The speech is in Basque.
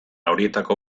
horietako